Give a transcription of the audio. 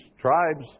tribes